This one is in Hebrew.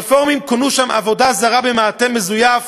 הרפורמים כונו שם: עבודה זרה במעטה מזויף,